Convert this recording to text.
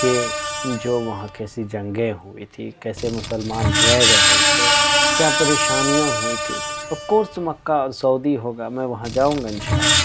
کہ جو وہاں کیسی جنگیں ہوئی تھی کیسے مسلمان رہ رہے تھے کیا پریشانیاں ہوئی تھیں آف کورس مکہ سعودی ہوگا میں وہاں جاؤں گا انشاء اللہ